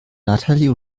natalie